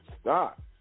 stop